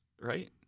right